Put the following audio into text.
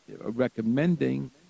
recommending